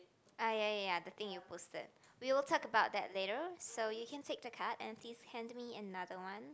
ah ya ya ya the thing you posted we will talk about that later so you can take the card and please hand me another one